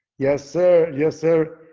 yes, sir! yes, sir.